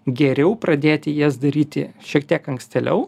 geriau pradėti jas daryti šiek tiek ankstėliau